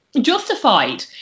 justified